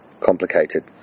complicated